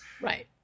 Right